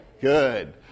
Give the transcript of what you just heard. Good